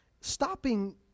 stopping